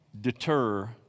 deter